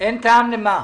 --- אין טעם למה?